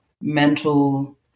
mental